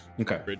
Okay